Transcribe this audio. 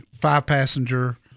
five-passenger